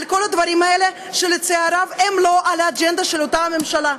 על כל הדברים האלה שלצערי הרב הם לא באג'נדה של אותה ממשלה.